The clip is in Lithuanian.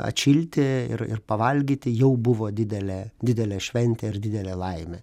atšilti ir ir pavalgyti jau buvo didelė didelė šventė ir didelė laimė